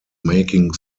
making